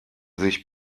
sich